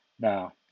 Now